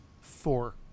Four